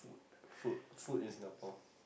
food food in Singapore